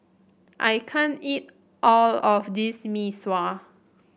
I can't eat all of this Mee Sua